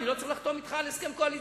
לא אתך אני צריך לחתום על הסכם קואליציוני.